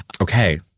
Okay